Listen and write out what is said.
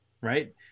right